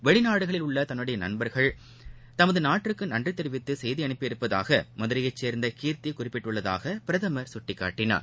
வெளிநாடுகளில் உள்ளதன்னுடையநண்பர்கள் நமதுநாட்டிற்குநன்றிதெரிவித்துசெய்திஅனுப்பியிருப்பதாகமதுரையைசேர்ந்தகீர்த்திகுறிப்பிட்டுள்ளதாகபிரதமர் சுட்டிக்காட்டினார்